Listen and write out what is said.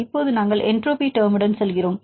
இப்போது நாங்கள் என்ட்ரோபி டெர்ம்டன் செல்கிறோம்